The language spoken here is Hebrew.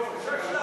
לא, 6 להשאיר.